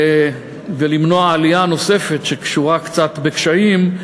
כדי למנוע עלייה נוספת שכרוכה קצת בקשיים,